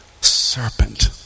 serpent